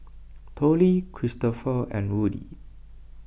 Tollie Christoper and Woody